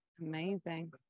Amazing